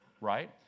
right